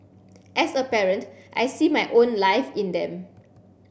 as a parent I see my own life in them